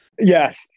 Yes